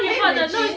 can you imagine